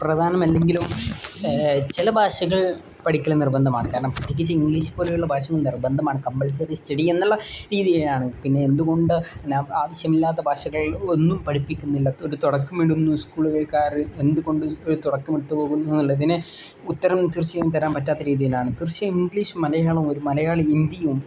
പ്രധാനമല്ലെങ്കിലും ചില ഭാഷകൾ പഠിക്കൽ നിർബന്ധമാണ് കാരണം പ്രത്യേകിച്ച് ഇംഗ്ലീഷ് പോലെയുള്ള ഭാഷകൾ നിർബന്ധമാണ് കമ്പൽസറി സ്റ്റഡി എന്നുള്ള രീതിയിലാണ് പിന്നെ എന്തുകൊണ്ട് ആവശ്യമില്ലാത്ത ഭാഷകൾ ഒന്നും പഠിപ്പിക്കുന്നില്ല ഒരു തുടക്കമിടുന്നു സ്കൂളുകൾക്കാർ എന്ത് കൊണ്ട് തുടക്കമിട്ട് പോകുന്നു എന്നുള്ളതിന് ഉത്തരം തീർച്ചയായും തരാൻ പറ്റാത്ത രീതിയിലാണ് തീർച്ചയായും ഇംഗ്ലീഷും മലയാളവും ഒരു മലയാളം ഹിന്ദിയും